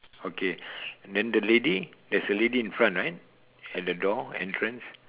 okay then the lady there's a lady in front right at the door entrance